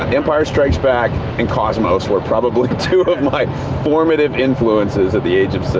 ah empire strikes back and cosmos were probably two of my formative influences of the age of six.